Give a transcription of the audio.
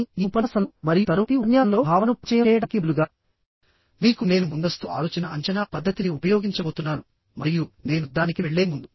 కానీ ఈ ఉపన్యాసంలో మరియు తరువాతి ఉపన్యాసంలో భావనను పరిచయం చేయడానికి బదులుగా మీకు నేను ముందస్తు ఆలోచన అంచనా పద్ధతిని ఉపయోగించబోతున్నాను మరియు నేను దానికి వెళ్ళే ముందు